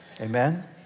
Amen